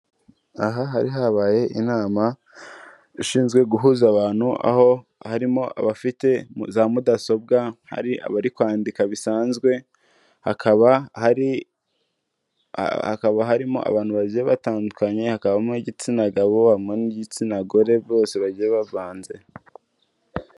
Aha hari habaye inama ishinzwe guhuza abantu, aho harimo abafite za mudasobwa, hari abari kwandika bisanzwe, hakaba harimo abantu bagiye batandukanye, hakabamo igitsina gabo, harimo n'igitsina gore bose bagiye bavanze.